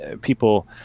people